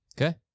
Okay